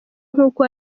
nk’uko